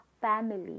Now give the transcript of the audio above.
family